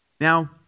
Now